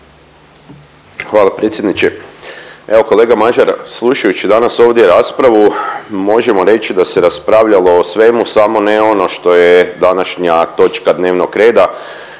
Hvala predsjedniče. Evo kolega Mažar, slušajući danas ovdje raspravu možemo reći da se raspravljalo o svemu samo ne ono što je današnja točka dnevnog reda.